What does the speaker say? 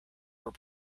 were